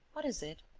what is it?